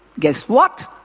guess what?